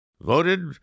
voted